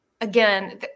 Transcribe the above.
Again